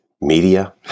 Media